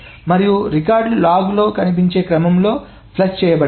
మరియు రికార్డులు లాగ్లో కనిపించే క్రమంలో ఫ్లష్ చేయబడతాయి